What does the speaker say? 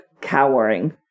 cowering